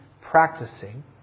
practicing